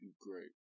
great